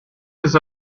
his